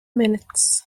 minutes